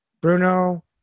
Bruno